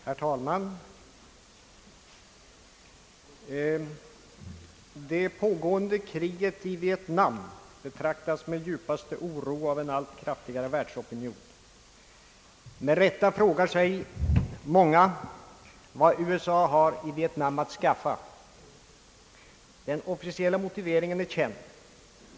Herr talman! Det pågående kriget i Vietnam betraktas med djupaste oro av en allt kraftigare världsopinion. Med rätta frågar sig många vad USA har i Vietnam att skaffa. Den officiella motiveringen är känd.